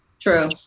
True